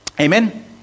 Amen